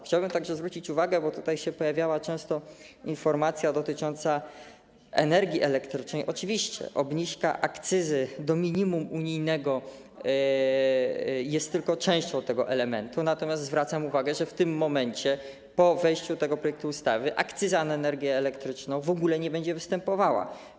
Chciałbym także zwrócić uwagę, bo tutaj często pojawiała się informacja dotycząca energii elektrycznej, oczywiście obniżka akcyzy do minimum unijnego jest tylko częścią tego elementu, zwracam uwagę, że w tym momencie po wejściu tego projektu ustawy akcyza na energię elektryczną w ogóle nie będzie występowała.